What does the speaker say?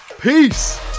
peace